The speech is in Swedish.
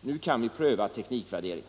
Nu kan vi pröva teknikvärdering.